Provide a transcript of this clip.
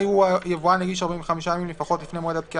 אישור ליבוא מזון רגיש לפי סעיף 63